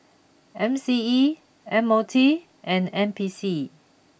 M C E M O T and N P C